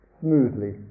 smoothly